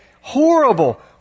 Horrible